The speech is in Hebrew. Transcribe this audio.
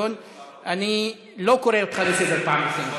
אני לא קורא אותך לסדר פעם ראשונה.